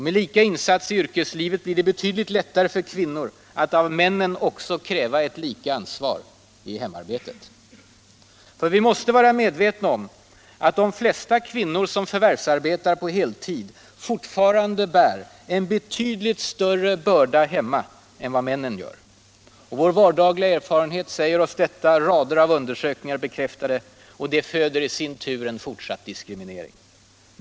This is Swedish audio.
Med lika insats i yrkeslivet blir det också betydligt lättare för kvinnor att av männen också kräva ett lika ansvar i hemarbetet. För vi måste vara medvetna om att de flesta kvinnor som förvärvsarbetar på heltid fortfarande bär en betydligt större börda hemma än vad männen gör. Vår vardagliga erfarenhet säger oss detta, rader av undersökningar bekräftar det, och det föder i sin tur en fortsatt diskriminering.